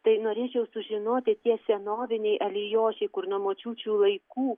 tai norėčiau sužinoti tie senoviniai alijošiai kur nuo močiučių laikų